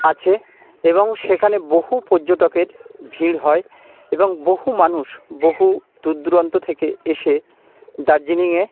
আছে এবং সেখানে বহু পর্যটকের ভিড় হয় এবং বহু মানুষ বহু দূরদূরান্ত থেকে এসে দার্জিলিংয়ে